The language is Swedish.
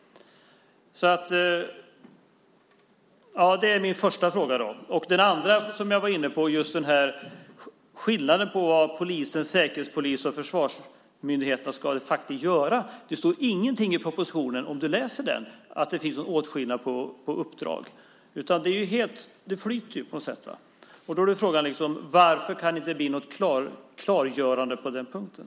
Det är mitt första frågetecken. Det andra gäller skillnaden mellan vad polis, säkerhetspolis och försvarsmyndighet ska göra. Läser du propositionen står det inget om att det finns någon åtskillnad i uppdrag, utan det flyter. Varför kan det inte bli något klargörande på den punkten?